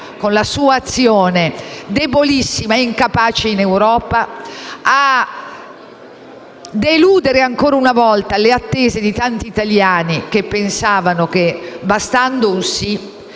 con la sua azione debolissima e incapace in Europa a deludere ancora una volta le attese di tanti italiani che pensano che, con un solo